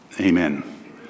amen